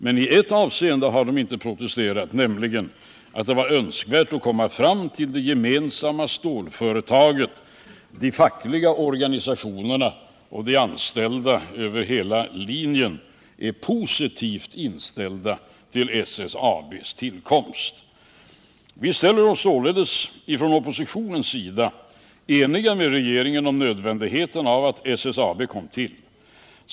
Men i ett avseende har de inte protesterat, nämligen mot det önskvärda i att komma fram till det gemensamma stålföretaget. De fackliga organisationerna och de anställda över hela linjen är positivt inställda till SSAB:s tillkomst. Från oppositionens sida ställer vi oss alltså eniga med regeringen om nödvändigheten av att SSAB kom till.